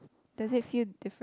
does it feel different